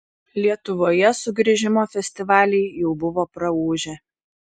lietuvoje sugrįžimo festivaliai jau buvo praūžę